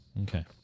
Okay